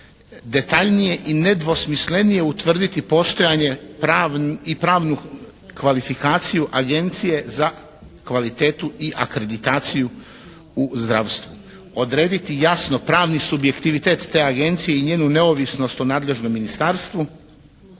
detaljnije i nedvosmislenije utvrditi postojanje i pravnu kvalifikaciju agencije za kvalitetu i akreditaciju u zdravstvu. Odrediti jasno pravni subjektivitet te agencije i njenu neovisnost o nadležnom ministarstvu